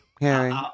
Harry